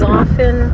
often